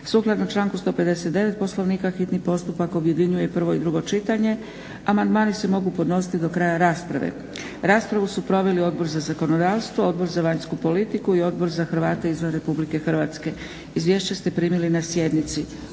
Sukladno članku 159. Poslovnika hitni postupak objedinjuje prvo i drugo čitanje. Amandmani se mogu podnositi do kraja rasprave. Raspravu su proveli Odbor za zakonodavstvo, Odbor za vanjsku politiku i Odbor za Hrvate izvan Republike Hrvatske. Izvješća ste primili na sjednici.